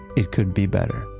it could be better.